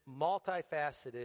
multifaceted